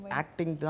acting